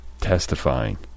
testifying